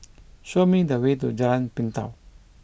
show me the way to Jalan Pintau